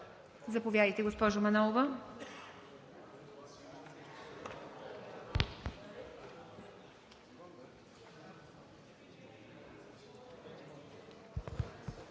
Заповядайте, госпожо Манолова.